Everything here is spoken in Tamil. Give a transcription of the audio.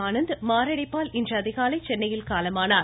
ஆனந்த் மாரடைப்பால் இன்று அதிகாலை சென்னையில் காலமானார்